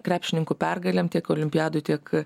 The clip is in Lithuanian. krepšių krepšininkų pergalėm tiek olimpiadoj tiek